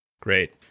Great